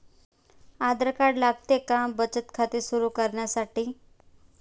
आधार card लागते का बचत खाते सुरू करण्यासाठी?